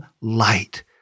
light